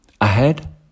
Ahead